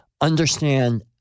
understand